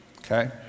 okay